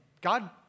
God